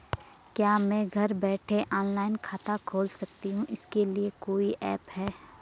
क्या मैं घर बैठे ऑनलाइन खाता खोल सकती हूँ इसके लिए कोई ऐप है?